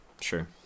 sure